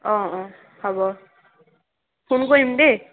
অঁ অঁ হ'ব ফোন কৰিম দেই